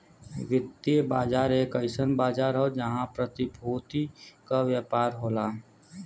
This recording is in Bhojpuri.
वित्तीय बाजार एक अइसन बाजार हौ जहां प्रतिभूति क व्यापार होला